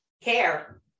care